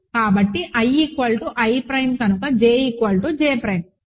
కాబట్టి i i prime కనుక j j prime